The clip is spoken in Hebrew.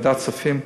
מוועדת הכספים,